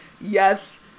Yes